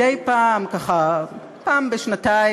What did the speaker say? מדי פעם, פעם בשנה,